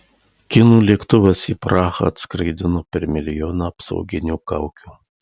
kinų lėktuvas į prahą atskraidino per milijoną apsauginių kaukių